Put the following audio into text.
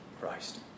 Christ